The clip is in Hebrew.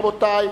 רבותי,